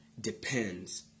depends